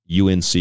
UNC